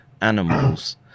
animals